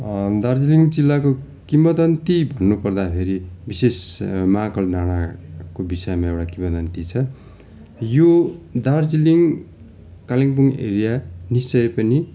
दार्जिलिङ जिल्लाको किंवदन्ती भन्नु पर्दाखेरि विशेष महाकाल डाँडाको विषयमा एउटा किंवदन्ती छ यो दार्जिलिङ कालिम्पोङ एरिया निश्चय पनि